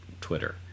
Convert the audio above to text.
Twitter